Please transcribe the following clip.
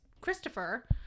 christopher